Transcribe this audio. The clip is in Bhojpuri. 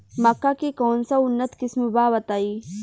मक्का के कौन सा उन्नत किस्म बा बताई?